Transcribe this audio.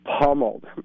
pummeled